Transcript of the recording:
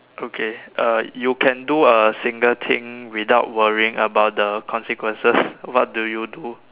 okay uh you can do a single thing without worrying about the consequences what do you do